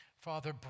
Father